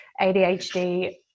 ADHD